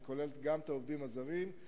שזה כולל את העובדים הזרים,